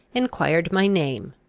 enquired my name,